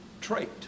trait